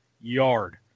yard